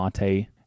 Mate